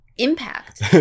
impact